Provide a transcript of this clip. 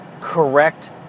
correct